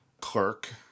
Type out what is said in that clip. clerk